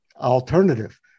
alternative